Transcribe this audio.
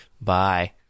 Bye